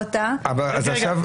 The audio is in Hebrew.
אני מסכים עם חברת הכנסת גבי לסקי,